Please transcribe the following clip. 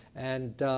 and